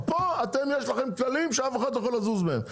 פה אתם יש לכם כללים שאף אחד לא יכול לזוז מהם,